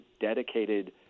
dedicated